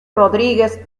rodríguez